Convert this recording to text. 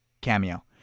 cameo